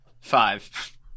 Five